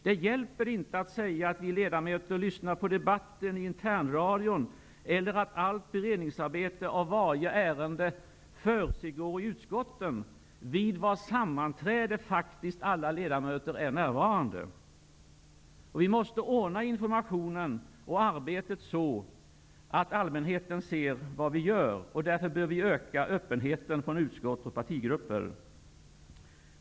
Det hjälper inte att säga att vi ledamöter lyssnar på debatten i internradion eller att allt beredningsarbete av varje ärende försiggår i utskotten, vid vars sammanträden faktiskt alla ledamöter är närvarande. Vi måste ordna informationen och arbetet så, att allmänheten ser vad vi gör. Därför bör vi öka öppenheten från utskott och partigrupper.